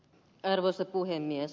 arvoisa puhemies